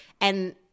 And-